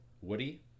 Woody